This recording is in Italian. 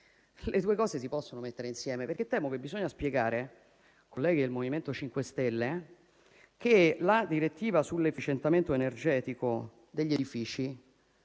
Le due cose si possono mettere insieme, perché temo che si debba spiegare, colleghi del MoVimento 5 Stelle, che la direttiva sull'efficientamento energetico degli edifici